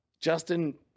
Justin